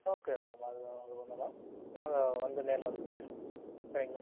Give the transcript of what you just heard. okay madam அது ஒன்று ஒன்றும் இல்லை நாங்கள் வந்து நேரில் வந்து பேசிக்குறோம் சரிங்களா